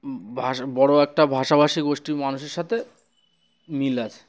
ভাষা বড়ো একটা ভাষাভাষী গোষ্ঠীর মানুষের সাথে মিল আছে